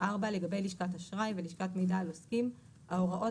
לגבי לשכת אשראי ולשכת מידע על עוסקים ההוראות